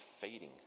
fading